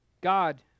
God